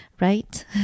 right